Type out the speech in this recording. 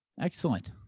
Excellent